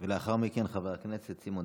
ולאחר מכן, חבר הכנסת סימון